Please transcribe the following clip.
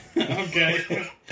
Okay